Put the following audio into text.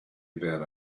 about